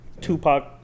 Tupac